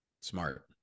Smart